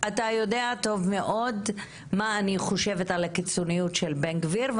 אתה יודע טוב מאוד מה אני חושבת על הקיצוניות של בן גביר.